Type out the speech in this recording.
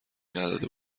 نداده